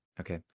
Okay